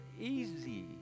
easy